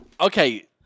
Okay